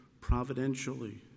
providentially